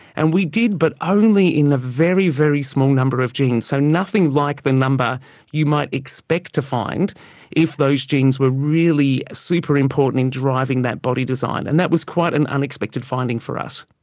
and we did, but only in a very, very small number of genes, so nothing like the number you might expect to find if those genes were really super important in driving that body design, and that was quite an unexpected finding for us.